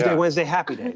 ah wednesday, happy